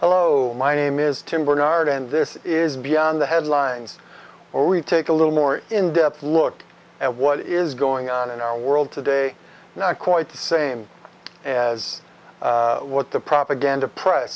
hello my name is tim barnard and this is beyond the headlines or we take a little more in depth look at what is going on in our world today not quite the same as what the propaganda press